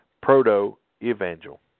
Proto-Evangel